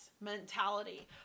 mentality